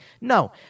No